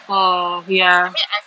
oh ya